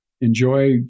enjoy